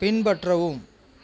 பின்பற்றவும்